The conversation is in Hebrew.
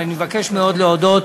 אבל אני מבקש להודות